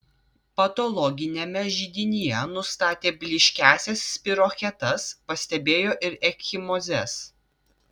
patologiniame židinyje nustatė blyškiąsias spirochetas pastebėjo ir ekchimozes